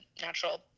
natural